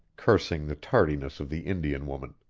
cursing the tardiness of the indian woman.